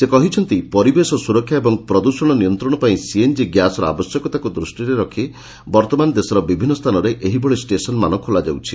ସେ କହିଛନ୍ତି ପରିବେଶ ସୁରକ୍ଷା ଓ ପ୍ରଦୃଷଣ ନିୟନ୍ତଣ ପାଇଁ ସିଏନ୍ଜି ଗ୍ୟାସ୍ର ଆବଶ୍ୟକତାକୁ ଦୂଷ୍ଟିରେ ରଖି ବର୍ଉମାନ ଦେଶର ବିଭିନ୍ନ ସ୍ଚାନରେ ଏହିଭଳି ଷ୍ଟେସନ୍ମାନ ଖୋଲାଯାଉଛି